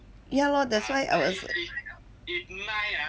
ya lor that's why I was l~